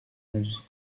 onze